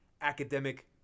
academic